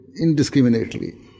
indiscriminately